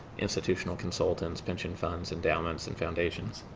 institutional consultants, pension funds, endowments and foundations.